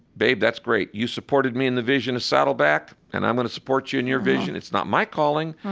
babe, that's great. you supported me in the vision of saddleback and i'm going to support you in your vision. it's not my calling.